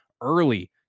early